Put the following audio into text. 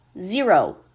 zero